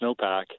snowpack